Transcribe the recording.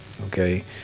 Okay